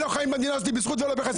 אנחנו חיים במדינה הזאת בזכות ולא בחסד.